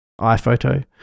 iPhoto